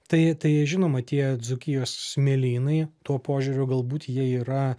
tai tai žinoma tie dzūkijos smėlynai tuo požiūriu galbūt jie yra